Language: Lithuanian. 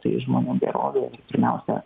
tai žmonių gerovė pirmiausia